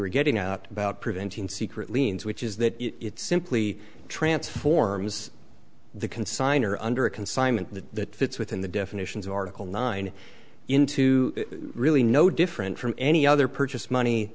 are getting out about preventing secret liens which is that it simply transforms the consigner under a consignment that fits within the definitions of article nine into really no different from any other purchase money